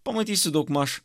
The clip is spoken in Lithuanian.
pamatysi daugmaž